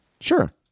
Sure